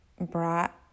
brought